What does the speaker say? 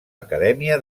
acadèmia